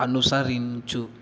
అనుసరించు